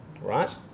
Right